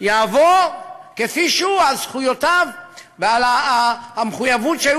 יעבור כפי שהוא, על זכויותיו ועל המחויבות שהיו